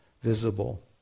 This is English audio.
visible